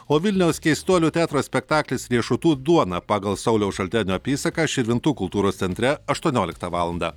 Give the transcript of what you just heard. o vilniaus keistuolių teatro spektaklis riešutų duona pagal sauliaus šaltenio apysaką širvintų kultūros centre aštuonioliktą valandą